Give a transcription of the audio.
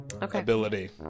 Ability